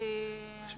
בבקשה.